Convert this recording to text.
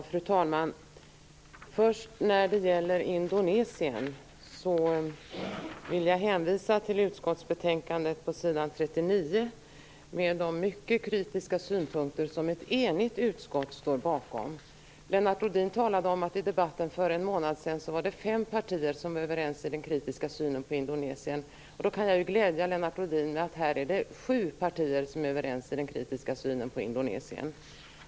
Fru talman! Först vill jag ta upp Indonesien. Där vill jag hänvisa till utskottsbetänkandets s. 39 och de mycket kritiska synpunkter där som ett enigt utskott står bakom. Lennart Rohdin talade om att det i debatten för en månad sedan var fem partier som var överens om den kritiska synen på Indonesien. Då kan jag glädja Lennart Rohdin med att det här är sju partier som är överens.